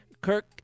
Kirk